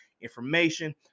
information